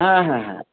হ্যাঁ হ্যাঁ হ্যাঁ